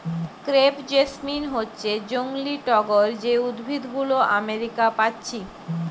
crepe jasmine হচ্ছে জংলি টগর যে উদ্ভিদ গুলো আমেরিকা পাচ্ছি